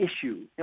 issue